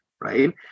right